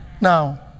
Now